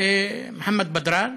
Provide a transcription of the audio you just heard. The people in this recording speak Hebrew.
מוחמד בדראן.